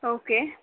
okay